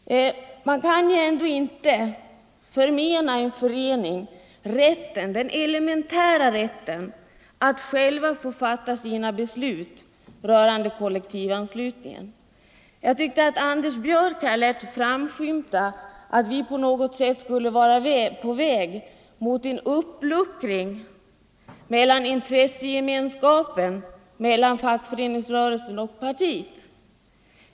Man kan inte förmena en förening den elementära rätten att själv fatta sina beslut. Detta gäller även beslut rörande kollektivanslutning. Jag tyckte att Anders Björck i Nässjö lät framskymta att vi på något sätt skulle vara på väg mot en uppluckring av intressegemenskapen mellan fackföreningsrörelsen och det socialdemokratiska partiet.